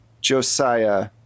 Josiah